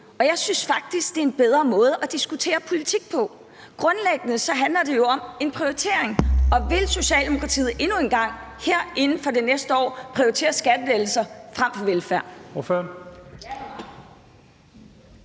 Og jeg synes faktisk, at det er en bedre måde at diskutere politik på. Grundlæggende handler det jo om en prioritering. Og vil Socialdemokratiet endnu en gang her inden for det næste år prioritere skattelettelser frem for velfærd?